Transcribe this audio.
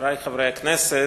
וחברי חברי הכנסת,